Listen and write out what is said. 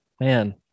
man